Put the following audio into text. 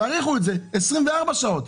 תאריכו את זה ל-24 שעות.